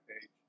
page